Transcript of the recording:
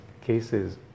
cases